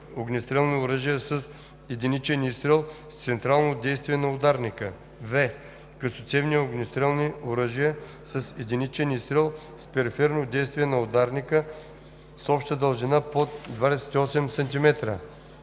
огнестрелни оръжия с единичен изстрел, с централно действие на ударника; в) късоцевни огнестрелни оръжия с единичен изстрел, с периферно действие на ударника, с обща дължина под 28 см;